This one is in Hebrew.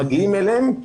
מגיעים אליהם,